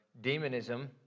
demonism